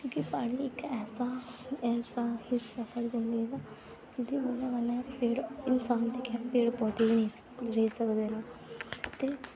क्योंकि पानी इक ऐसा ऐसा हिस्सा साढ़े कोल फिर इंसान दी बाड़ी दा